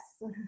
Yes